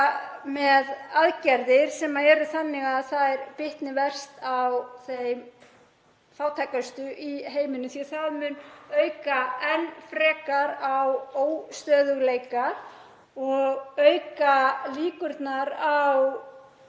með aðgerðir sem eru þannig að þær bitna verst á þeim fátækustu í heiminum því að það mun auka enn frekar á óstöðugleika og auka líkurnar á